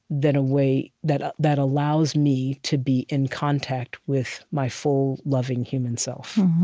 than a way that that allows me to be in contact with my full, loving, human self